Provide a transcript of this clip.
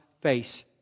face